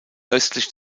östlich